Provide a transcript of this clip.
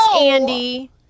Andy